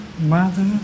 mother